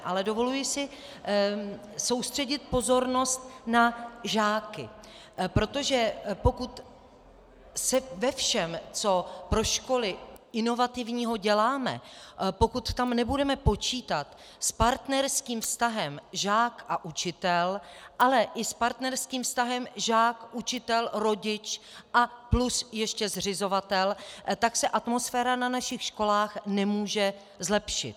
Ale dovoluji si soustředit pozornost na žáky, protože pokud se ve všem, co pro školy inovativního děláme, pokud tam nebudeme počítat s partnerským vztahem žák a učitel, ale i s partnerským vztahem žák učitel rodič a plus ještě zřizovatel, tak se atmosféra na našich školách nemůže zlepšit.